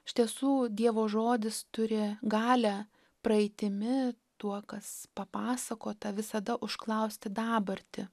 iš tiesų dievo žodis turi galią praeitimi tuo kas papasakota visada užklausti dabartį